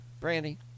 Brandy